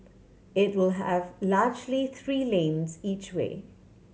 it will have largely three lanes each way